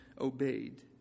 obeyed